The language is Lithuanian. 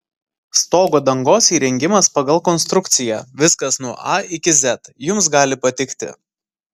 stogo dangos įrengimas pagal konstrukciją viskas nuo a iki z jums gali patikti